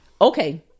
Okay